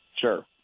sure